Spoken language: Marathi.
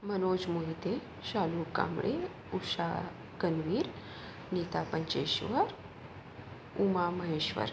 मनोज मोहिते शालू कांबळे उषा कणवीर नीता पंचेश्वर उमा महेश्वर